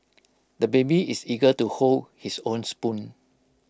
the baby is eager to hold his own spoon